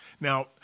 Now